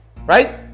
Right